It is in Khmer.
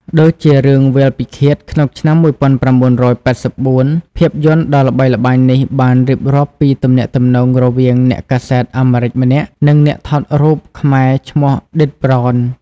ដូចជារឿង វាលពិឃាត ក្នុងឆ្នាំ ១៩៨៤ ភាពយន្តដ៏ល្បីល្បាញនេះបានរៀបរាប់ពីទំនាក់ទំនងរវាងអ្នកកាសែតអាមេរិកម្នាក់និងអ្នកថតរូបខ្មែរឈ្មោះ ឌិត ប្រន។